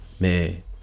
Mais